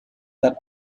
that